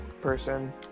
person